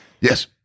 Yes